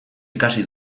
ikasi